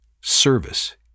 Service